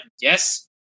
Yes